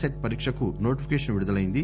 set పరీక్షకు notification విడుదల అయ్యంది